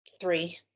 three